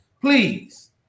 Please